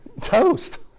toast